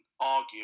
argue